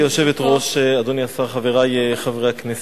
גברתי היושבת-ראש, אדוני השר, חברי חברי הכנסת,